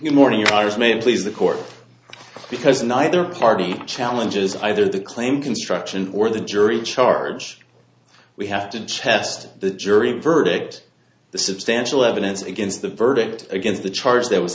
morning your eyes may please the court because neither party challenges either the claim construction or the jury charge we have to the chest the jury verdict the substantial evidence against the verdict against the charge that was